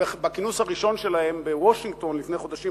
בכינוס הראשון שלהם בוושינגטון לפני חודשים